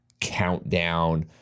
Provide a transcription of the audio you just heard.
countdown